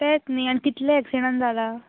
तेंच न्हय आनी तितले एक्सीडंट जाला